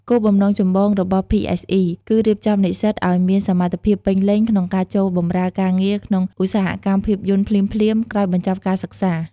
គោលបំណងចម្បងរបស់ PSE គឺរៀបចំនិស្សិតឱ្យមានសមត្ថភាពពេញលេញក្នុងការចូលបម្រើការងារក្នុងឧស្សាហកម្មភាពយន្តភ្លាមៗក្រោយបញ្ចប់ការសិក្សា។